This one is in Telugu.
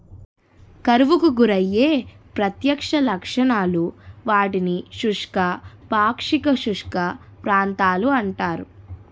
కరువుకు గురయ్యే ప్రత్యక్ష లక్షణాలు, వాటిని శుష్క, పాక్షిక శుష్క ప్రాంతాలు అంటారు